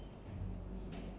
green